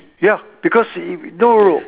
ya because y~ no no